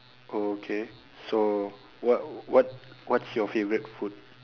oh okay so what what what's your favourite food